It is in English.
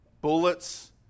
bullets